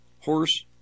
horse